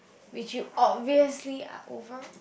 which you obviously are over